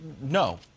no